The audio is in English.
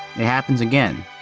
it happens again!